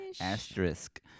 asterisk